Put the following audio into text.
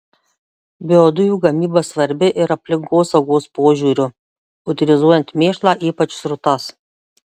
biodujų gamyba svarbi ir aplinkosaugos požiūriu utilizuojant mėšlą ypač srutas